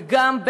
וגם,